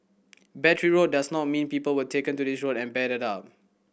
battery does not mean people were taken to this road and battered up